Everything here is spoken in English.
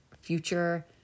future